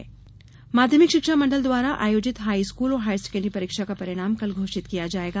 result माध्यमिक शिक्षा मण्डल द्वारा आयोजित हाईस्कूल और हायरसेकेण्डरी परीक्षा का परिणाम कल घोषित किया जायेगा